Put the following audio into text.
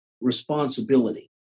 responsibility